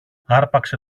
άρπαξε